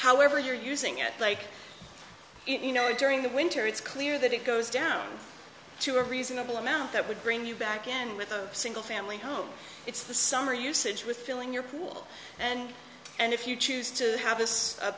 however you're using it like you know during the winter it's clear that it goes down to a reasonable amount that would bring you back in with a single family home it's the summer usage with filling your pool and and if you choose to have